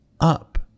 up